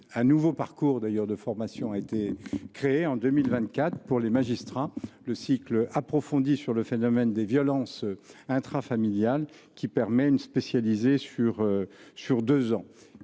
Un nouveau parcours de formation a été créé en 2024 pour les magistrats. Le cycle approfondi sur le phénomène des violences intrafamiliales permet une spécialisation sur deux ans.